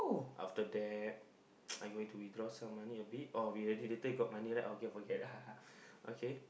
after that I going to withdraw some money a bit or we already later got money right okay forget okay